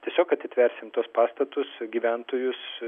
tiesiog atitversim tuos pastatus gyventojus